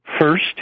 First